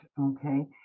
okay